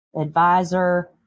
advisor